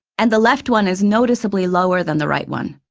and the left one is noticeably lower than the right one.